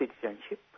citizenship